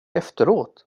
efteråt